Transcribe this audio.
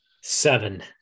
seven